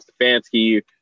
stefanski